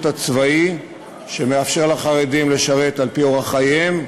הצבאי שמאפשר לחרדים לשרת על-פי אורח חייהם,